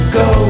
go